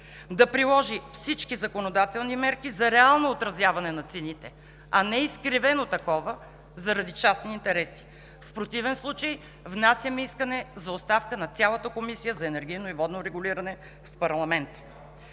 да приложи всички законодателни мерки за реално отразяване на цените, а не изкривено такова заради частни интереси. В противен случай внасяме искане за оставка на цялата Комисия за енергийно и водно регулиране в парламента.